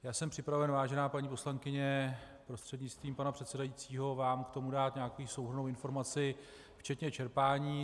Já jsem připraven, vážená paní poslankyně prostřednictvím pana předsedajícího, vám k tomu dát nějakou souhrnnou informaci včetně čerpání.